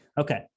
Okay